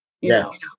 Yes